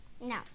No